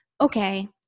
Okay